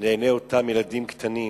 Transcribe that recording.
לעיני אותם ילדים קטנים.